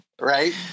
right